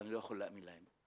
אני לא יכול להאמין להם.